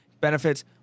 benefits